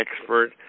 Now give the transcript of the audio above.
expert